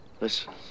Listen